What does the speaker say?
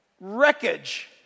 wreckage